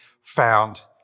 found